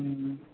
ہوں